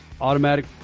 automatic